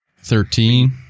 Thirteen